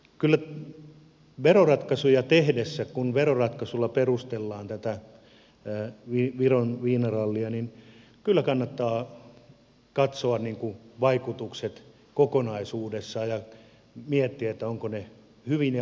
kyllä veroratkaisuja tehtäessä kun veroratkaisuilla perustellaan tätä viron viinarallia kannattaa katsoa vaikutukset kokonaisuudessaan ja miettiä ovatko ne hyvin ja oikein mitoitetut